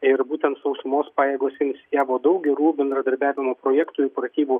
ir būtent sausumos pajėgos iniciavo daug gerų bendradarbiavimo projektų ir pratybų